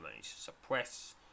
suppress